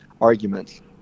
arguments